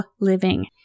living